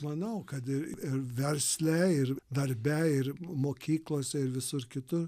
manau kad ir versle ir darbe ir mokyklose ir visur kitur